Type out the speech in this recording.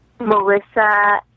Melissa